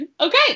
Okay